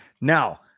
Now